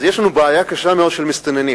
יש לנו בעיה קשה מאוד של מסתננים,